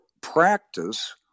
practice